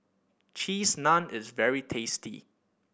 Cheese Naan is very tasty